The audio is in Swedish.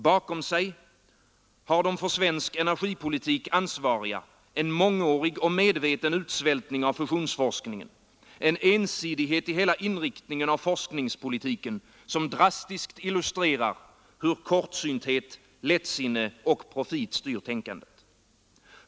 Bakom sig har de för svensk energipolitik ansvariga en mångårig och medveten utsvältning av fusionsforskningen, en ensidighet i hela inriktningen av forskningspolitiken som drastiskt illustrerar hur kortsynthet, lättsinne och profit styr tänkandet.